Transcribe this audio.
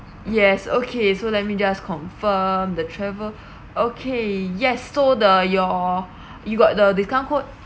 yes okay so let me just confirm the travel okay yes so the your you got the discount code